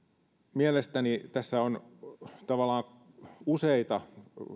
mielestäni tässä on tavallaan useita